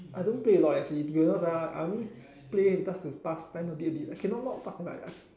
I don't play a lot actually to be honest I only play just to pass time a bit a bit only okay not just pass but